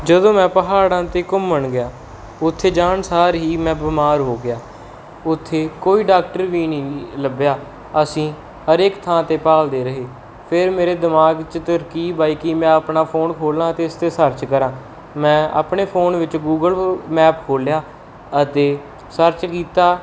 ਜਦੋਂ ਮੈਂ ਪਹਾੜਾਂ 'ਤੇ ਘੁੰਮਣ ਗਿਆ ਉੱਥੇ ਜਾਣ ਸਾਰ ਹੀ ਮੈਂ ਬਿਮਾਰ ਹੋ ਗਿਆ ਉੱਥੇ ਕੋਈ ਡਾਕਟਰ ਵੀ ਨਹੀਂ ਲੱਭਿਆ ਅਸੀਂ ਹਰੇਕ ਥਾਂ 'ਤੇ ਭਾਲਦੇ ਰਹੇ ਫਿਰ ਮੇਰੇ ਦਿਮਾਗ 'ਚ ਇੱਕ ਤਰਕੀਬ ਆਈ ਕਿ ਮੈਂ ਆਪਣਾ ਫੋਨ ਖੋਲ੍ਹਾਂ ਅਤੇ ਇਸ 'ਤੇ ਸਰਚ ਕਰਾਂ ਮੈਂ ਆਪਣੇ ਫੋਨ ਵਿੱਚ ਗੂਗਲ ਮੈਪ ਖੋਲ੍ਹਿਆ ਅਤੇ ਸਰਚ ਕੀਤਾ